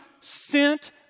sent